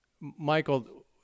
Michael